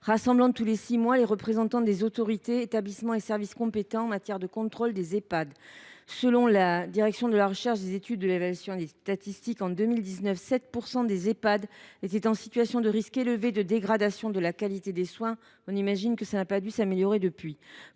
rassemblant tous les six mois les représentants des autorités, établissements et services compétents en matière de contrôle des Ehpad. Selon la direction de la recherche, des études, de l’évaluation et des statistiques, en 2019, 7 % des Ehpad étaient en situation de risque élevé de dégradation de la qualité des soins. On imagine bien que la situation n’a pas dû s’améliorer depuis…